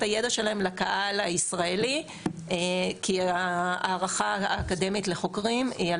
הידע שלהם לקהל הישראלי כי הערכה האקדמית לחוקרים היא על